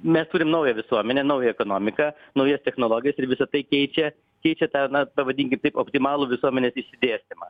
mes turim naują visuomenę naują ekonomiką naujas technologijas ir visa tai keičia keičia tą na pavadinkim taip optimalų visuomenės išsidėstymą